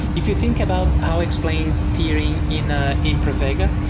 if you think about how explain tiering in ah in pravega,